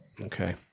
Okay